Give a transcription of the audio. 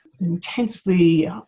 intensely